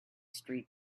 street